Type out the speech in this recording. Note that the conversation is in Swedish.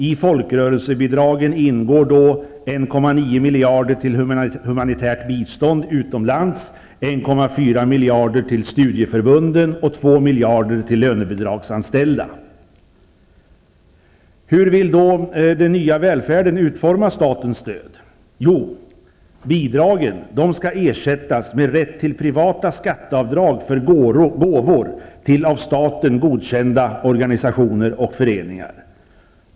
I folkrörelsebidragen ingår då 1 ,9 miljarder till humanitärt bistånd utomlands, 1 ,4 miljarder till studieförbunden och 2 miljarder till lönebidragsanställda. Hur vill då Den nya välfärden utforma statens stöd? Jo, bidragen skall ersättas med rätt till privata skatteavdrag för gåvor till av staten godkända organisationer och föreningar.